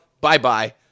Bye-bye